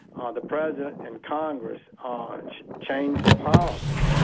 um the president and congress ah changed the policy,